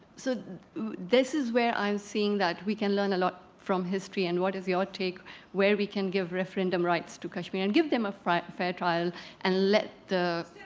so this is where i'm seeing that we can learn a lot from history. and what is your take where we can give referendum rights to kashmir and give them ah a fair trial and let the.